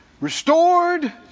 restored